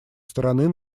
стороны